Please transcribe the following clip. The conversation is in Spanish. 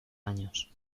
años